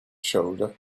shoulder